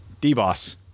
D-Boss